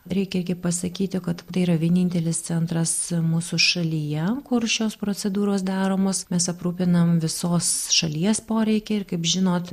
reikia gi pasakyti kad tai yra vienintelis centras mūsų šalyje kur šios procedūros daromos mes aprūpinam visos šalies poreikį ir kaip žinot